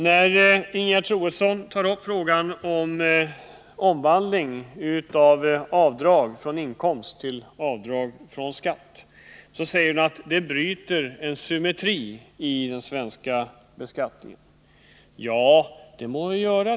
När Ingegerd Troedsson tar upp frågan om att ersätta avdrag från inkomst med avdrag från skatt säger hon att det bryter mot en symmetri i den svenska beskattningen. Ja, det må det göra.